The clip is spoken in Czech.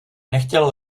nechtěl